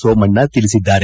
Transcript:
ಸೋಮಣ್ಣ ತಿಳಿಸಿದ್ದಾರೆ